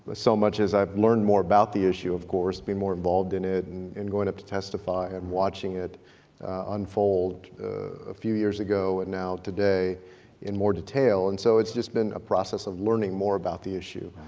ah so much as i've learned more about the issue, of course, been more involved in it and going up to testify and watching it unfold a few years ago, and now today in more detail. and so it's just been a process of learning more about the issue.